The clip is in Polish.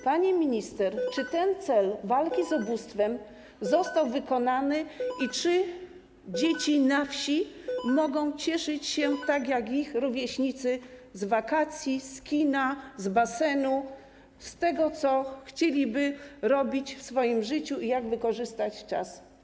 Pani minister, czy ten cel walki z ubóstwem został wykonany i czy dzieci na wsi mogą cieszyć się, tak jak ich rówieśnicy, z wakacji, z kina, z basenu, z tego, co chcieliby robić w swoim życiu i jak wykorzystać czas?